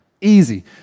Easy